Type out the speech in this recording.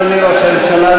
אדוני ראש הממשלה,